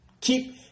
Keep